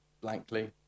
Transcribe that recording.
blankly